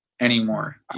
anymore